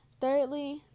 Thirdly